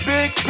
Big